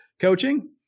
coaching